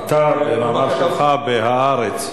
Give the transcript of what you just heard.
אתה, מאמר שלך ב"הארץ".